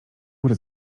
góry